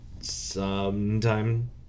sometime